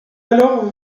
alors